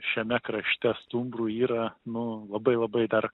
šiame krašte stumbrų yra nu labai labai dar